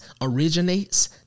originates